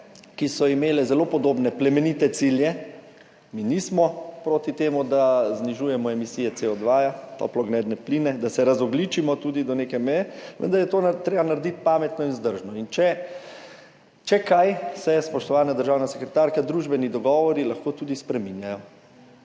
ki so imele zelo podobne plemenite cilje. Mi nismo proti temu, da znižujemo emisije CO2, toplogredne pline, da se tudi razogljičimo do neke meje, vendar je to treba narediti pametno in vzdržno. In če kaj, spoštovana državna sekretarka, se lahko družbeni dogovori tudi spreminjajo